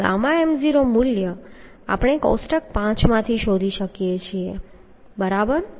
આ gamma m0 મૂલ્ય આપણે કોષ્ટક 5 માંથી શોધી શકીએ છીએ બરાબર